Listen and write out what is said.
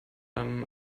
allem